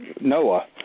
Noah